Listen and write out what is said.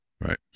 Right